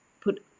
put